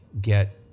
get